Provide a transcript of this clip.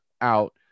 out